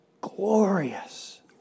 glorious